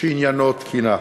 שעניינו תקינה.